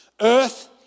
Earth